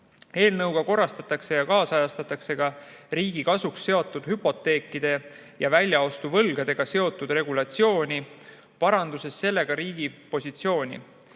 Eelnõuga korrastatakse ja kaasajastatakse ka riigi kasuks seatud hüpoteekide ja väljaostuvõlgadega seotud regulatsiooni, parandades sellega riigi positsiooni.